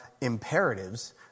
imperatives